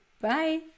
Bye